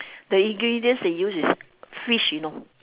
the ingredients they use is fish you know